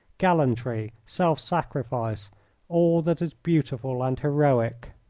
gallantry, self-sacrifice all that is beautiful and heroic.